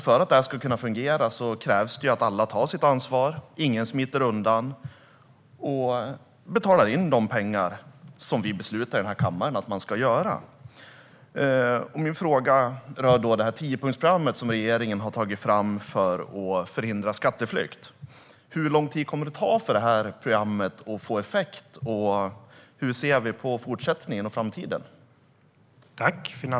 För att det ska fungera krävs det att alla tar sitt ansvar, att ingen smiter undan utan att alla betalar in de pengar som vi här i kammaren beslutar att man ska. Min fråga rör tiopunktsprogrammet som regeringen har tagit fram för att förhindra skatteflykt. Hur lång tid kommer det att ta för det här programmet att få effekt, och hur ser vi på fortsättningen och framtiden?